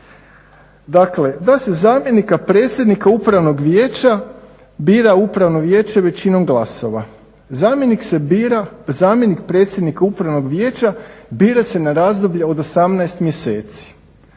Dakle, da se zamjenika predsjednika upravnog vijeća bira upravno vijeće većinom glasova. Zamjenik se bira zamjenik predsjednika upravnog vijeća bira se na razdoblje od 18 mjeseci,